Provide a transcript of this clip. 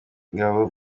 ingabo